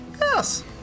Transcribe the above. Yes